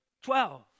Twelve